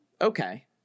okay